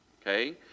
okay